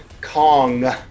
Kong